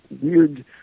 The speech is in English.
weird